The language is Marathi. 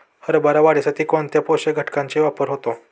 हरभरा वाढीसाठी कोणत्या पोषक घटकांचे वापर होतो?